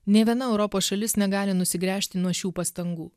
nė viena europos šalis negali nusigręžti nuo šių pastangų